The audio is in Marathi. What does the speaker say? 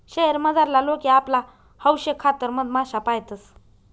शयेर मझारला लोके आपला हौशेखातर मधमाश्या पायतंस